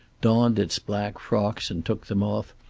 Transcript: donned its black frocks and took them off,